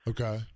Okay